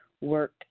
work